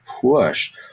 push